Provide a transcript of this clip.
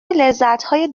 لذتهای